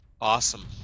Awesome